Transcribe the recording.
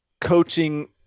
coaching